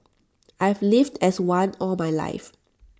I've lived as one all my life